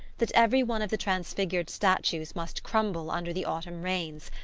that every one of the transfigured statues must crumble under the autumn rains,